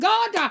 God